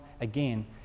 again